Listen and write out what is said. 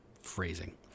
phrasing